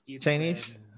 Chinese